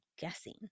guessing